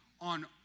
on